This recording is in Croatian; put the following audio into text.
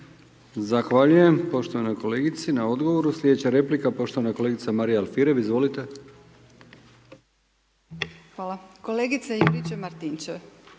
Zahvaljujem poštovanoj kolegici na odgovoru. Slijedeća replika poštovana kolegica Marija Alfirev, izvolite. **Alfirev, Marija